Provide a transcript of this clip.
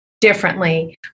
differently